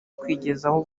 kwigezaho